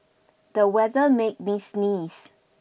the weather make me sneeze